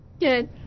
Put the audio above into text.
Good